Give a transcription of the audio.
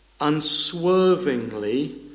unswervingly